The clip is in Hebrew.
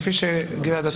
גלעד,